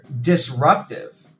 disruptive